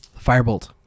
Firebolt